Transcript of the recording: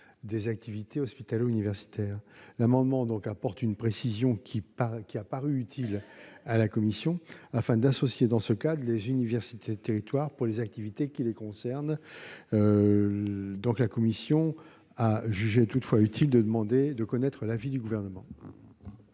des activités hospitalo-universitaires. Le présent amendement apporte une précision qui paraît utile à la commission, en vue d'associer dans ce cadre les universités du territoire aux activités qui les concernent. La commission souhaiterait toutefois connaître l'avis du Gouvernement.